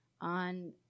on